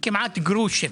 כמעט גרושים.